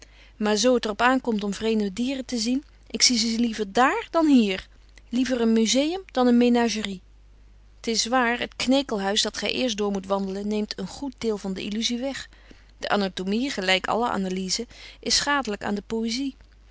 maar zoo het er op aankomt om vreemde dieren te zien ik zie ze liever daar dan hier liever een museum dan een menagerie t is waar het knekelhuis dat gij eerst door moet wandelen neemt een goed deel van de illusie weg de anatomie gelijk alle analyse is schadelijk aan de poëzie